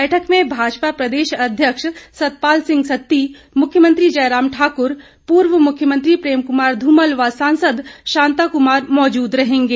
बैठक में भाजपा प्रदेश अध्यक्ष सतपाल सिंह सत्ती मुख्यमंत्री जयराम ठाकुर पूर्व मुख्यमंत्री प्रेम कुमार धूमल व सांसद शांता कुमार मौजूद रहेंगे